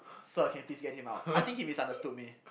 sir can you please get him out I think he misunderstood me